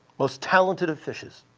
most talented of fishes.